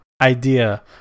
idea